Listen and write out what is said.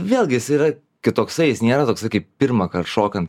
vėlgi jis yra kitoksai jis nėra toksai kaip pirmąkart šokant